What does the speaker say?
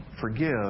forgive